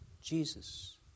Jesus